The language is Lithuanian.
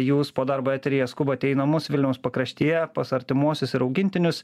jūs po darbo eteryje skubate į namus vilniaus pakraštyje pas artimuosius ir augintinius